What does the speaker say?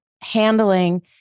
handling